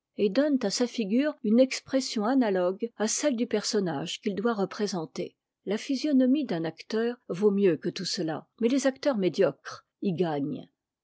et donnent à sa figure une expression analogue à celle du personnage qu'il doit représenter la physionomie d'un acteur vaut mieux que tout cela mais les acteurs médiocres y gagnent